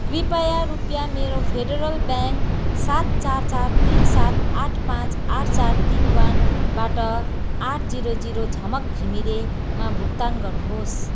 कृपया रुपियाँ मेरो फेडरल ब्याङ्क सात चार चार तिन सात आठ पाँच आठ चार तिन वानबाट आठ जिरो जिरो झमक घिमिरेमा भुक्तान गर्नुहोस्